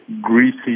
greasy